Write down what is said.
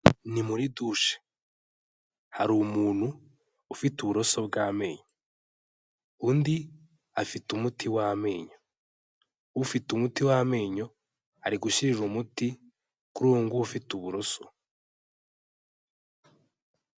Ni muri dushe hari umuntu ufite uburoso bw'amenyo, undi afite umuti w'amenyo, ufite umuti w'amenyo ari gushyirira umuti kuri uwo nguwo ufite uburoso.